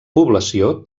població